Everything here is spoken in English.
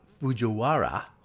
Fujiwara